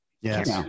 Yes